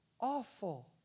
awful